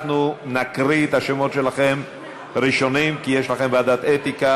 אנחנו נקריא את השמות שלכם ראשונים כי יש לכם ישיבה של ועדת האתיקה.